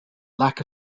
lack